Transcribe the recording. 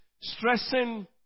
stressing